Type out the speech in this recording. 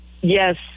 Yes